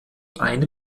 eine